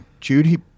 Judy